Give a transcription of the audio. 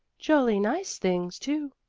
jolly nice things too,